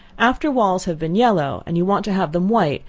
after walls have been yellow, and you want to have them white,